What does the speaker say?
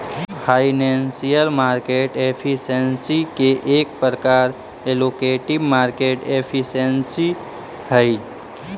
financial market efficiency के एक प्रकार एलोकेटिव मार्केट एफिशिएंसी हई